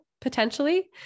potentially